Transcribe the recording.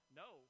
no